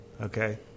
okay